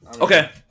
Okay